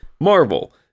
Marvel